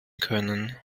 können